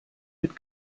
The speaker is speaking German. mit